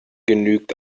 genügt